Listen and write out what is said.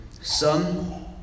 Son